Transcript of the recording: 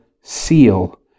seal